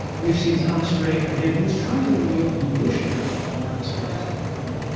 we've seen thomas drake, again, who was trying to reveal the bush era warrantless wiretapping program,